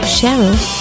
Cheryl